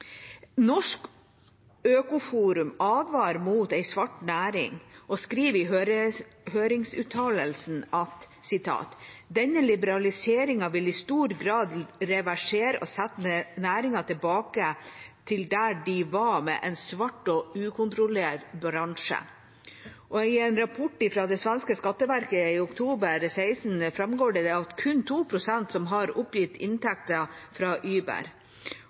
Norsk Øko-Forum advarer mot en svart næring og skriver i høringsuttalelsen: «Denne foreslåtte liberaliseringen vil i stor grad reversere og sette næringen tilbake der de var med en svart og ukontrollerbar bransje.» I en rapport fra det svenske skatteverket i oktober 2016 framgår det at kun 2 pst. har oppgitt inntekter fra